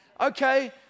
Okay